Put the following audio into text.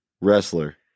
Wrestler